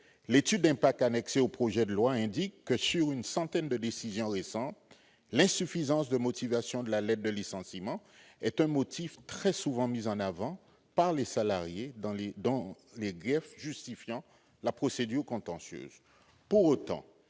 l'étude d'impact annexée au projet de loi indique que sur une centaine de décisions récentes, l'insuffisance de motivation de la lettre de licenciement est un motif très souvent mis en avant par les salariés dans les griefs justifiant la procédure contentieuse.